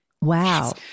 Wow